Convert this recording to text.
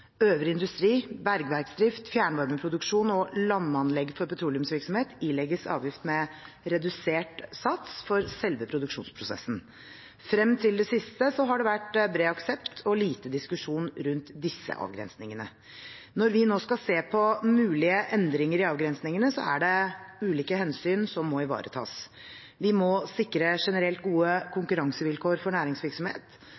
Øvrig industri, bergverksdrift, fjernvarmeproduksjon og landanlegg for petroleumsvirksomhet ilegges avgift med redusert sats for selve produksjonsprosessen. Frem til det siste har det vært bred aksept og lite diskusjon rundt disse avgrensningene. Når vi skal se på mulige endringer i avgrensningene, er det ulike hensyn som må ivaretas. Vi må sikre generelt gode konkurransevilkår for næringsvirksomhet,